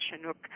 Chinook